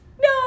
No